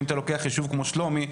אם אתה לוקח יישוב כמו שלומי,